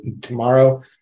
tomorrow